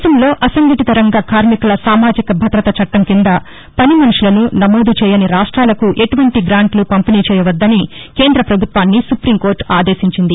దేశంలో అసంఘటిత రంగ కార్నికుల సామాజిక భద్రత చట్లం కింద పని మనుషులను నమోదు చేయని రాష్ట్వాలకు ఎటువంటి గ్రాంట్లు పంపిణీ చేయవద్దని కేంద ప్రభుత్వాన్ని సుప్టీంకోర్టు ఆదేశించింది